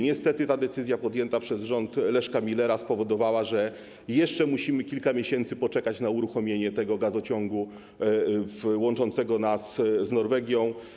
Niestety ta decyzja podjęta przez rząd Leszka Millera spowodowała, że jeszcze musimy kilka miesięcy poczekać na uruchomienie tego gazociągu łączącego nas z Norwegią.